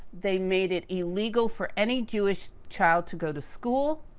they made it illegal for any jewish child to go to school,